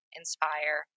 inspire